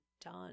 done